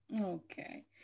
okay